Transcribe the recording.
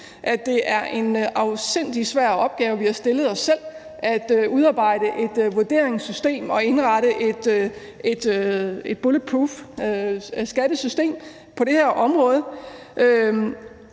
at det er en afsindig svær opgave, vi har stillet os selv, nemlig at udarbejde et vurderingssystem og indrette et bulletproof skattesystem på det her område.